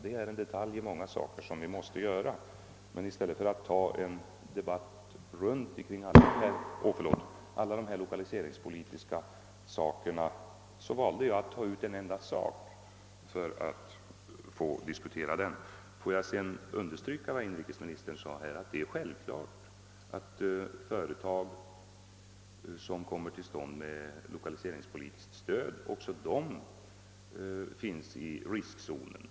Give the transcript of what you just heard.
Det är en detalj bland alla de åtgärder vi måste företa. Men i stället för att ta en debatt om alla lokaliseringspolitiska detaljer valde jag att ta ut en enda sak och diskutera den. Slutligen instämmer jag helt i vad inrikesministern sade om det självklara i att även företag som startas med lokaliseringsstöd befinner sig i riskzonen.